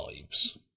lives